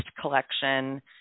collection